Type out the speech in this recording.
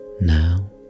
now